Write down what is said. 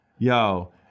Yo